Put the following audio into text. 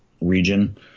Region